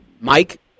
Mike